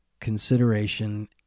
consideration